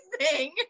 Amazing